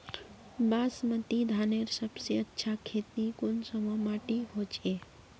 बासमती धानेर सबसे अच्छा खेती कुंसम माटी होचए?